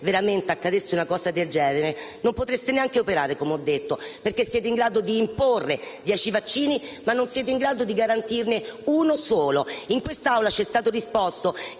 veramente accadesse una cosa del genere non potreste neanche operare, come le ho detto, perché siete in grado di imporre dieci vaccini, ma non siete in grado di garantirne uno solo. In quest'Aula ci è stato risposto